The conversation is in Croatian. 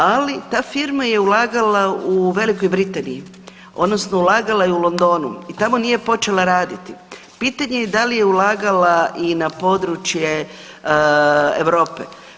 Ali ta firma je ulagala u Velikoj Britaniji odnosno ulagala je u Londonu i tamo nije počela raditi, pitanje je da li je ulagala i na područje Europe.